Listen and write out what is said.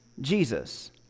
Jesus